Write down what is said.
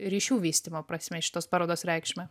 ryšių vystymo prasme šitos parodos reikšmę